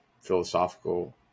philosophical